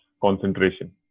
concentration